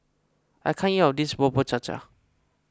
I can't eat all of this Bubur Cha Cha